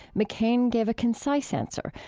mccain gave a concise answer,